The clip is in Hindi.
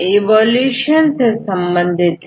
यह लंबे समय के विकास से विकसित हुआ है